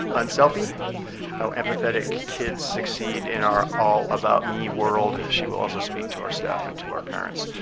unselfie how empathetic kids succeed in our all about me world. she will also speak to our staff and to our parents